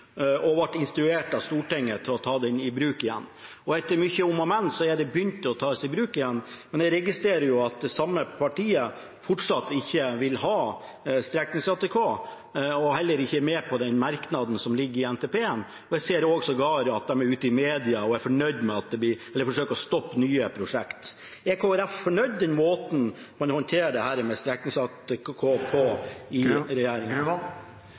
og ble instruert av Stortinget til å ta det i bruk igjen. Etter mye om og men har man begynt å ta det i bruk igjen, men jeg registrerer at det samme partiet fortsatt ikke vil ha streknings-ATK, og heller ikke er med på den merknaden som står i innstillingen til NTP-en. Jeg ser sågar at de er ute i media og forsøker å stoppe nye prosjekter. Er Kristelig Folkeparti fornøyd med måten man håndterer dette med streknings-ATK på i